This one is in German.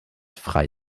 frei